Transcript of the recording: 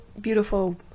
beautiful